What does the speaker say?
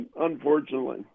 unfortunately